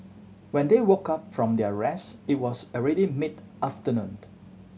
when they woke up from their rest it was already mid afternoon